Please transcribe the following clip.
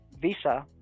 Visa